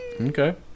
Okay